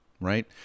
right